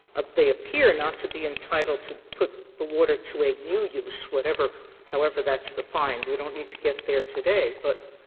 they appear not to be entitled to put the water to a new use, whatever however that's defined. we don't need to get there today, but